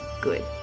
good